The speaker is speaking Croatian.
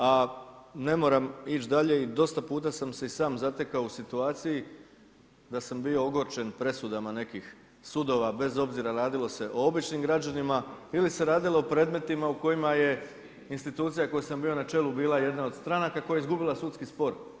A ne moram ići dalje i dosta puta sam se i sam zatekao u situaciji da sam bio ogorčen presudama nekih sudova, bez obzira radilo se o običnim građanima ili se radilo o predmetima u kojima je institucija u kojoj sam bio na čelu bila jedna od stranka koja je izgubila sudski spor.